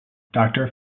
doctor